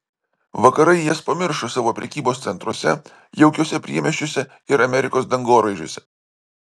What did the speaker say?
vakarai jas pamiršo savo prekybos centruose jaukiuose priemiesčiuose ir amerikos dangoraižiuose